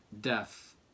death